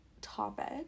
topic